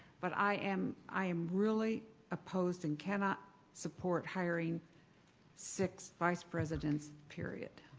but i am i am really opposed and cannot support hiring six vice presidents, period.